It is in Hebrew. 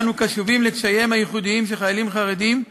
אנו קשובים לקשייהם הייחודיים של חיילים חרדים,